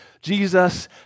Jesus